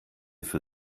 für